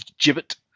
gibbet